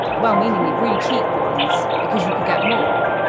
well meaningly, really cheap ones because you could get more.